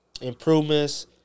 improvements